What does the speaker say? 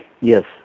Yes